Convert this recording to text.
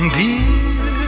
dear